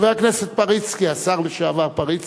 חבר הכנסת פריצקי, השר לשעבר פריצקי,